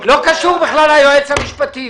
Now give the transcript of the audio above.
לא קשור ליועץ המשפטי.